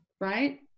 Right